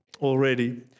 already